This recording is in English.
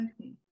okay